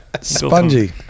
Spongy